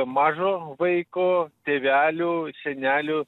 mažo vaiko tėvelių senelių